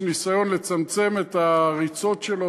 יש ניסיון לצמצם את הריצות שלו,